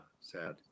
Sad